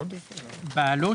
"בעלות",